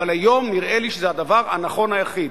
אבל היום נראה לי שזה הדבר הנכון היחיד.